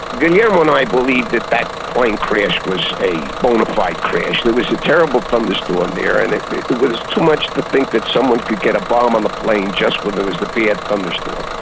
guillermo and i believed that that plane crash was a bona fide crash. there was a terrible thunderstorm there, and it it was too much to think that someone could get a bomb on the plane just when there was the bad thunderstorm.